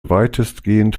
weitestgehend